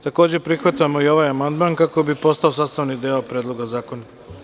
Takođe prihvatamo i ovaj amandman kako bi postao sastavni deo teksta Predloga zakona.